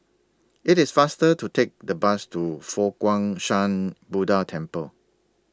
IT IS faster to Take The Bus to Fo Guang Shan Buddha Temple